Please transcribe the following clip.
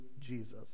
Jesus